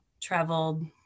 traveled